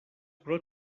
però